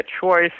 choice